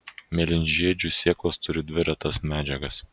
mėlynžiedžių sėklos turi dvi retas medžiagas